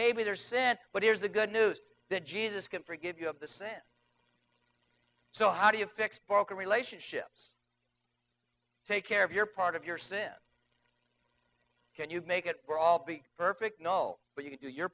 maybe there's sin but here's the good news that jesus can forgive you of the sin so how do you fix broken relationships take care of your part of your sin can you make it we're all be perfect and all but you can do your